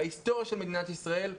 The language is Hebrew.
בהיסטוריה של מדינת ישראל,